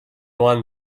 one